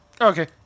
Okay